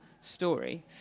story